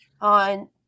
on